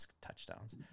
touchdowns